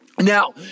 Now